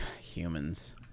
humans